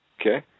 Okay